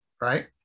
right